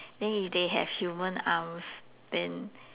then if they have human arms then